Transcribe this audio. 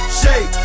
shake